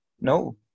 No